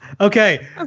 Okay